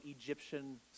Egyptian